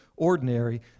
ordinary